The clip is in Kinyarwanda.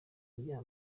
rya